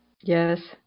Yes